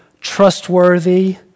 trustworthy